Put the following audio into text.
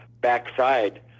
backside